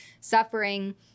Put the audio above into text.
suffering